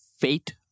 fate